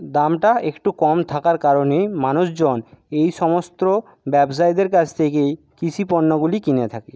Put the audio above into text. দামটা একটু কম থাকার কারণে মানুষজন এই সমস্ত ব্যবসায়ীদের কাছ থেকেই কৃষিপণ্যগুলি কিনে থাকে